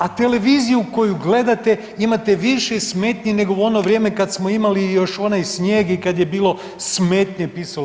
A televizija u koju gledate imate više smetnji nego u ono vrijeme kad smo imali još onaj snijeg i kad je bilo smetnje pisalo.